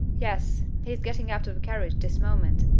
yes, he is getting out of the carriage this moment!